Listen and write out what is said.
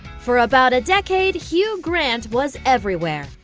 for about a decade, hugh grant was everywhere.